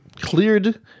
cleared